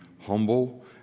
humble